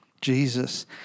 Jesus